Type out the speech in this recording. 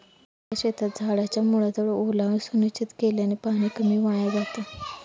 कोरड्या शेतात झाडाच्या मुळाजवळ ओलावा सुनिश्चित केल्याने पाणी कमी वाया जातं